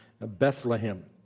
Bethlehem